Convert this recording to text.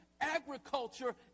agriculture